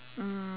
mm